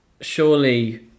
Surely